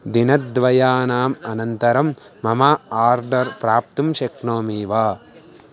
दिनद्वयात् अनन्तरं मम आर्डर् प्राप्तुं शक्नोमि वा